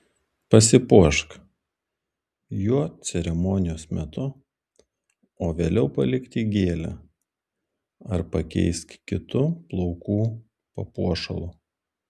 pasipuošk juo ceremonijos metu o vėliau palik tik gėlę ar pakeisk kitu plaukų papuošalu